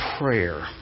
prayer